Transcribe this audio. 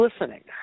listening